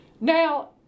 Now